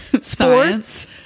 sports